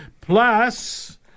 plus